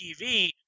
TV